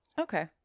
Okay